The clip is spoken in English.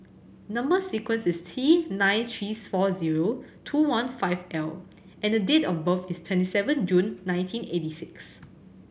number sequence is T nine three four zero two one five L and date of birth is twenty seven June nineteen eighty six